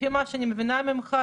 לפי מה שאני מבינה ממך,